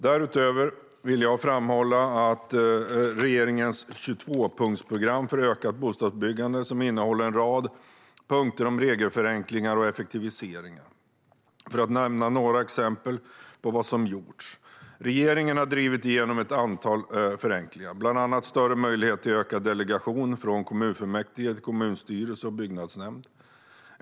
Därutöver vill jag framhålla regeringens 22-punktsprogram för ökat bostadsbyggande som innehåller en rad punkter om regelförenklingar och effektiviseringar. Några exempel på vad som gjorts: Regeringen har drivit igenom ett antal regelförenklingar, bland annat större möjlighet till en utökad delegation från kommunfullmäktige till kommunstyrelse och byggnadsnämnd.